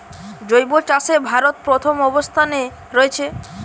জৈব চাষে ভারত প্রথম অবস্থানে রয়েছে